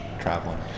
traveling